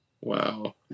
Wow